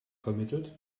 vermittelt